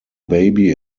baby